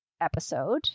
episode